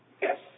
yes